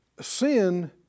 sin